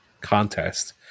contest